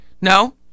No